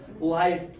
life